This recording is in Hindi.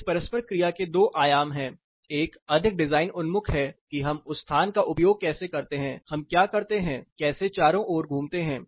इस परस्पर क्रिया के दो आयाम हैं एक अधिक डिज़ाइन उन्मुख है कि हम उस स्थान का उपयोग कैसे करते हैं हम क्या करते हैं कैसे चारों ओर घूमते हैं